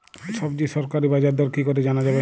সবজির সরকারি বাজার দর কি করে জানা যাবে?